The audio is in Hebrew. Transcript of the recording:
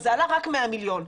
זה עלה רק 100 מיליון שקלים.